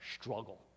struggle